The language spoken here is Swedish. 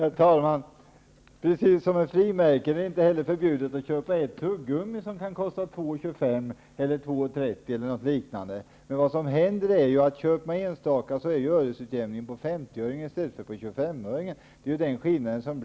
Herr talman! Precis som när det gäller frimärken är det inte förbjudet att köpa ett tuggumi, som kan kosta 2,25 eller 2,30 kr. När man köper enstaka tuggumin blir det öresutjämning på 50-öringen i stället för 25-öringen. Det är enda skillnaden.